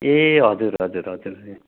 ए हजुर हजुर हजुर